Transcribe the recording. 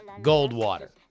Goldwater